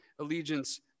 allegiance